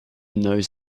knows